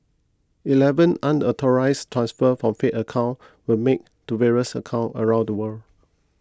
eleven unauthorised transfers from faith's account were made to various account around the world